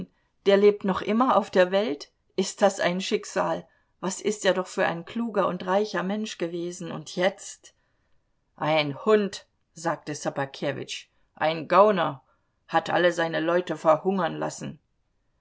der lebt noch immer auf der welt ist das ein schicksal was ist er doch für ein kluger und reicher mensch gewesen und jetzt ein hund sagte ssobakewitsch ein gauner hat alle seine leute verhungern lassen